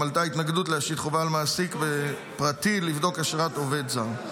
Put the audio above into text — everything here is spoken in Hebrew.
גם עלתה התנגדות להשית חובה על מעסיק פרטי לבדוק אשרת עובד זר,